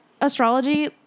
astrology